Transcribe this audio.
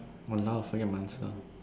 !walao! forget remind her